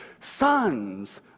sons